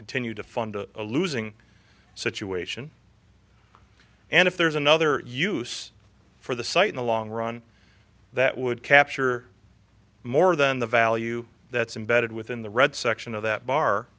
continue to fund a losing situation and if there's another use for the site in the long run that would capture more than the value that's embedded within the red section of that bar